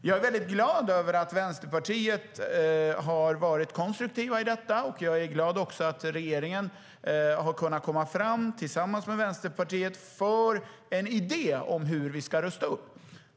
Jag är väldigt glad över att Vänsterpartiet har varit konstruktivt i detta, och jag är också glad över att regeringen tillsammans med Vänsterpartiet har kunnat komma fram med en idé om hur vi ska rusta upp.